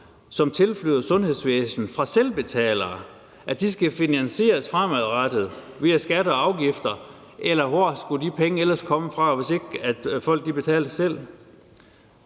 som tilflyder sundhedsvæsenet fra selvbetalere, fremadrettet skal finansieres via skatter og afgifter? Eller hvor skulle de penge ellers komme fra, hvis ikke folk betaler selv?